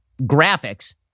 graphics